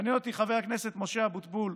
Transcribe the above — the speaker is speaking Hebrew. מעניין אותי, חבר הכנסת משה ארבל,